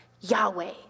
Yahweh